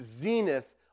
zenith